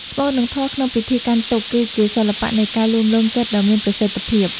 ស្មូត និងធម៌ក្នុងពិធីកាន់ទុក្ខ គឺជាសិល្បៈនៃការលួងលោមចិត្តដ៏មានប្រសិទ្ធភាព។